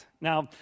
now